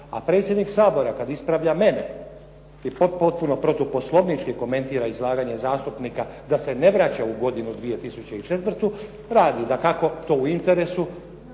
a predsjednik Sabora kad ispravlja mene i potpuno protuposlovnički komentira izlaganje zastupnika da se ne vraća u godinu 2004. radi dakako to u interesu